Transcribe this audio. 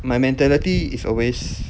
my mentality is always